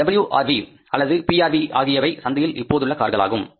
W R V அல்லது B R V ஆகியவை சந்தையில் இப்போதுள்ள கார்களாகும்